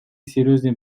серьезные